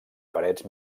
parets